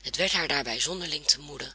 het werd haar daarbij zonderling te moede